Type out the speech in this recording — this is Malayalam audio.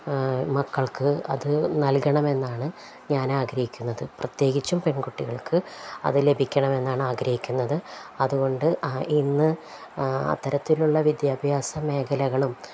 മക്കൾക്ക് അതു നൽകണമെന്നാണു ഞാനാഗ്രഹിക്കുന്നത് പ്രത്യേകിച്ചും പെൺകുട്ടികൾക്ക് അതു ലഭിക്കണമെന്നാണ് ആഗ്രഹിക്കുന്നത് അതുകൊണ്ട് ഇന്ന് അത്തരത്തിലുള്ള വിദ്യാഭ്യാസ മേഖലകളും